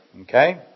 Okay